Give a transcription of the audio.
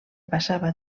passava